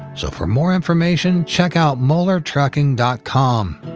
so, for more information, check out moellertrucking dot com.